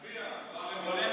להצביע, הוא עלה למעלה.